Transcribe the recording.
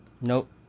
Nope